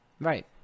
Right